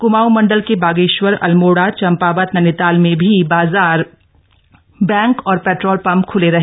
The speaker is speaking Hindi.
क्माऊं मंडल के बागेश्वर अल्मोड़ा चंपावत नैनीताल में भी बाजार बैंक और पेट्रोल पंप खुले रहे